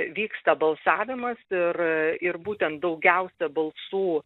vyksta balsavimas ir ir būtent daugiausia balsų